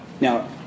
Now